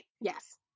Yes